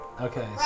okay